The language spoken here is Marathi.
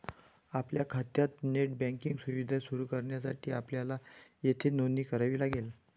आपल्या खात्यात नेट बँकिंग सुविधा सुरू करण्यासाठी आपल्याला येथे नोंदणी करावी लागेल